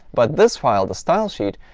but this file, the style sheet,